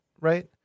right